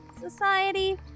society